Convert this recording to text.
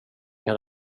kan